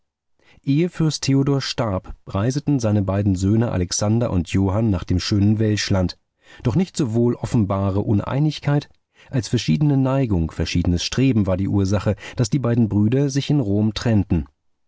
ehe fürst theodor starb reiseten seine beiden söhne alexander und johann nach dem schönen welschland doch nicht sowohl offenbare uneinigkeit als verschiedene neigung verschiedenes streben war die ursache daß die beiden brüder sich in rom trennten